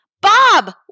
Bob